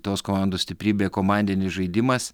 tos komandos stiprybė komandinis žaidimas